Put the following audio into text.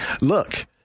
look